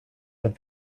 have